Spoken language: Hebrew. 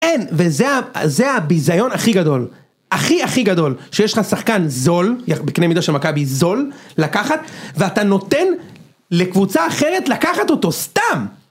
אין, וזה זה הביזיון הכי גדול, הכי הכי גדול, שיש לך שחקן זול, בקנה מידה של מכבי, זול, לקחת, ואתה נותן לקבוצה אחרת לקחת אותו, סתם!